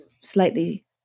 slightly